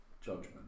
judgment